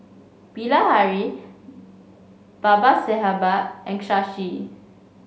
Bilahari Babasaheb and Shashi